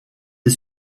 les